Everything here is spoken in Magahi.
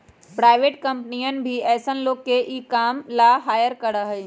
प्राइवेट कम्पनियन भी ऐसन लोग के ई काम ला हायर करा हई